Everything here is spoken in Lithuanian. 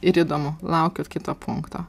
ir įdomu laukit kito punkto